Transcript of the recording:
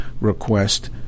request